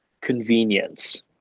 convenience